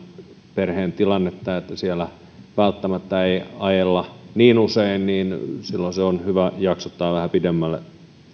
perheen tilannetta siellä välttämättä ei ajella niin usein ja silloin se on hyvä jaksottaa vähän pidemmälle